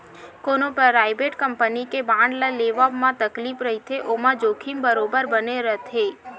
कोनो private company के bond ल लेवब म तकलीफ रहिथे ओमा जोखिम बरोबर बने रथे